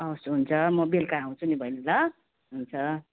हवस् हुन्छ म बेलुका आउँछु नि बहिनी ल हुन्छ